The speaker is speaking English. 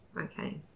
Okay